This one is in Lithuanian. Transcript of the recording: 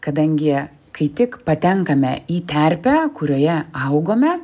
kadangi kai tik patenkame į terpę kurioje augome